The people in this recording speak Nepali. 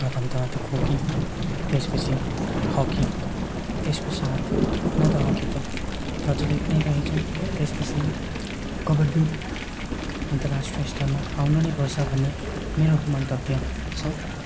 प्रथमतः खोकी त्यसपछि हकी त्यस पश्चात् हुन त हकी त प्रचलित नै रहेछन् त्यसपछि कबड्डी अन्तर्राष्ट्रिय स्तरमा आउनु नै पर्छ भन्ने मेरो मन्तव्य छ